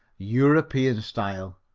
european style.